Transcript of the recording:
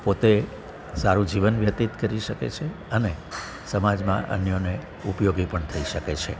પોતે સારુ જીવન વ્યતીત કરી શકે છે અને સમાજમાં અન્યોને ઉપયોગી પણ થઈ શકે છે